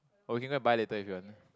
or we can go and buy later if you want